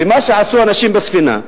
ומה שעשו אנשים בספינה,